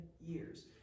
years